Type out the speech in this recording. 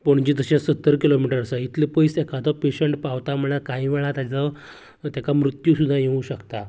पणजी तशेंच सत्तर kilometre आसा इतले पयस एकादो पेशंट पावता म्हळ्यार कांय वेळार तेजो तेका मृत्यू सुद्दां येवक शकता